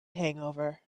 hangover